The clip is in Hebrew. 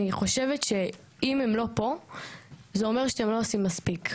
חושבת שאם הם לא פה זה אומר שאתם לא עושים מספיק.